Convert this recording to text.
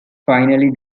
finally